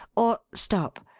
or, stop!